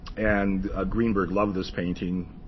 and greenberg loved this painting,